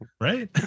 Right